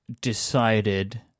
decided